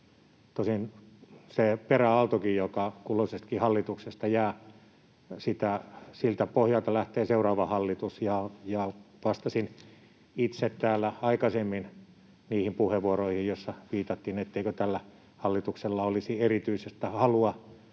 Tosin sen peräaallon pohjalta, joka kulloisestakin hallituksesta jää, lähtee seuraava hallitus. Vastasin itse täällä aikaisemmin niihin puheenvuoroihin, joissa viitattiin siihen, ettei tällä hallituksella olisi erityistä halua